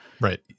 Right